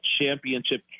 championship